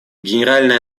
генеральная